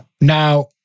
Now